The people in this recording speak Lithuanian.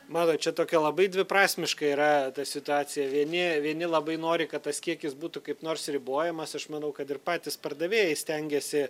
matot čia tokia labai dviprasmiška yra ta situacija vieni vieni labai nori kad tas kiekis būtų kaip nors ribojamas aš manau kad ir patys pardavėjai stengiasi